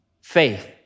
Faith